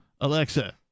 Alexa—